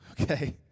Okay